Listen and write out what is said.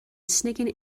sneaking